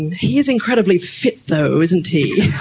he is incredibly fit though, isn't he.